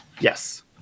Yes